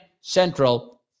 Central